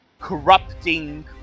corrupting